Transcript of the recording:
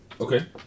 Okay